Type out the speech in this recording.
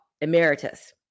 Emeritus